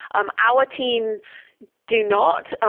um our team do not.